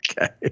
Okay